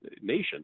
nation